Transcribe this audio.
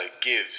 give